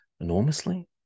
Enormously